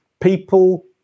people